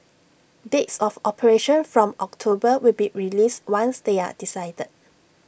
dates of operation from October will be released once they are decided